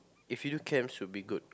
if you do camp should be good